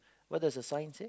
what does the sign say